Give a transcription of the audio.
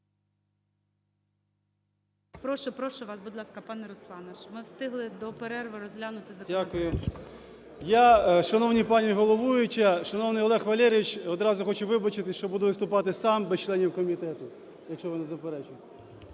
Прошу, прошу вас, будь ласка, пане Руслан, щоб ми встигли до перерви розглянути законопроект. 13:01:29 КНЯЗЕВИЧ Р.П. Дякую. Я, шановна пані головуюча, шановний Олег Валерійович, одразу хочу вибачитись, що буду виступати сам без членів комітету, якщо ви не заперечуєте.